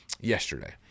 yesterday